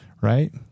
Right